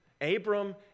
Abram